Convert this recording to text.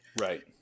Right